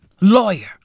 Lawyer